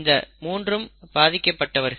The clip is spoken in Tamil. இந்த மூன்றும் பாதிக்கப்பட்டவர்கள்